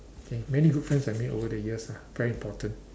okay many good friends I made over the years lah very important